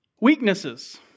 Weaknesses